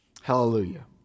Hallelujah